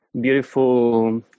beautiful